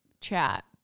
chat